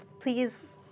please